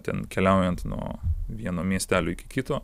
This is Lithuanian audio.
ten keliaujant nuo vieno miestelio iki kito